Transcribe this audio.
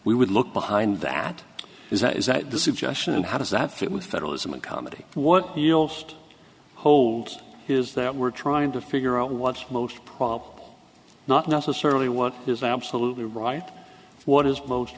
we would look behind that is that is that the suggestion and how does that fit with federalism in comedy what he'll host hold his that we're trying to figure out what's most probable not necessarily what is absolutely right what is most